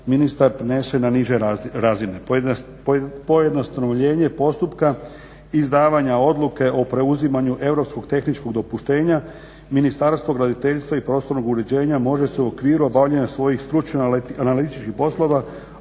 ministar prenesao na niže razine. Pojednostavljenje postupka izdavanja odluke o preuzimanju europskog tehničkog dopuštenja Ministarstva graditeljstva i prostornog uređenja može se u okviru obavljanja svojih stručno-analitičkih poslova ocijeniti